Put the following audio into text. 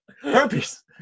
Herpes